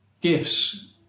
gifts